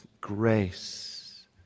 grace